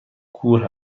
کور